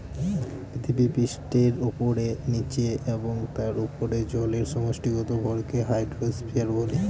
পৃথিবীপৃষ্ঠের উপরে, নীচে এবং তার উপরে জলের সমষ্টিগত ভরকে হাইড্রোস্ফিয়ার বলে